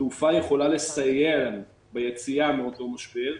התעופה יכולה לסייע לנו ביציאה מאותו משבר,